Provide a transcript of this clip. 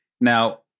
Now